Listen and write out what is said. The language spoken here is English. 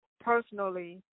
personally